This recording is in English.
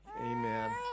Amen